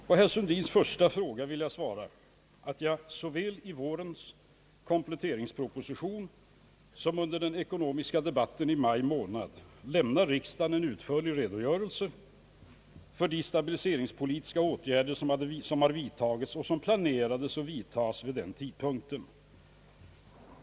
På herr Sundins första fråga vill jag svara, att jag såväl i vårens kompletteringsproposition som under den eko nomiska debatten i maj månad lämnade riksdagen en utförlig redogörelse för de stabiliseringspolitiska åtgärder, som vidtagits resp. planerades vid den tidpunkten.